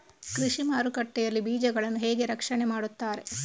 ಕೃಷಿ ಮಾರುಕಟ್ಟೆ ಯಲ್ಲಿ ಬೀಜಗಳನ್ನು ಹೇಗೆ ರಕ್ಷಣೆ ಮಾಡ್ತಾರೆ?